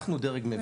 אנחנו דרג מבצע,